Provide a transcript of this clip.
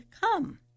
come